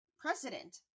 President